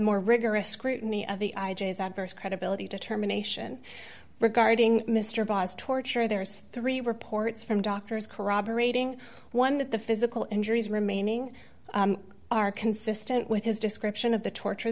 more rigorous scrutiny of the adverse credibility determination regarding mr abbas torture there's three reports from doctors corroborating one that the physical injuries remaining are consistent with his description of the torture